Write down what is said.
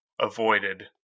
avoided